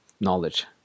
knowledge